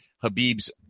Habib's